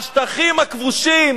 השטחים הכבושים,